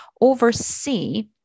oversee